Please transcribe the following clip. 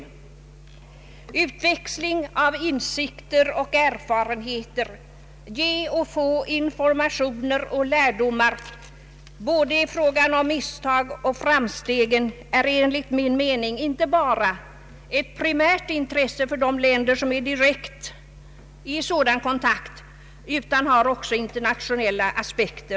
Att utväxla insikter och erfarenheter samt att ge och få information och lärdomar i fråga om både misstag och framsteg är ett primärt intresse inte bara för de länder som är i direkt kontakt med varandra utan är även internationellt av betydelse.